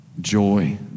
joy